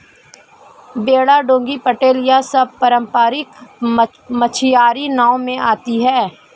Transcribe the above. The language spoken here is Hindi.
बेड़ा डोंगी पटेल यह सब पारम्परिक मछियारी नाव में आती हैं